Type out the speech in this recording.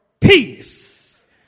peace